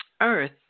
earth